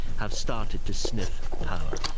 have started to sniff power.